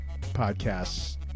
Podcasts